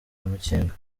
amakenga